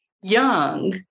young